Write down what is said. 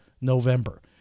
November